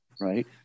right